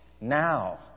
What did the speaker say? now